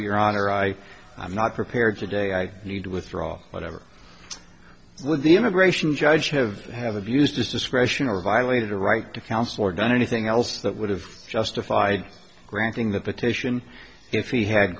your honor i i'm not prepared today i need to withdraw whatever with the immigration judge of have abused his discretion or violated a right to counsel or done anything else that would have just defied granting the petition if he had